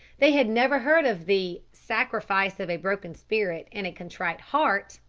they had never heard of the sacrifice of a broken spirit and a contrite heart.